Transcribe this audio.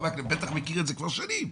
אתם בטח מכיר את זה כבר שנים,